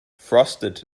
frosted